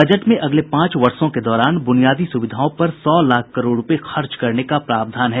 budget में अगले पांच वर्षों के दौरान बुनियादी सुविधाओं पर सौ लाख करोड़ रूपये खर्च करने का प्रावधान है